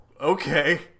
okay